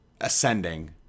ascending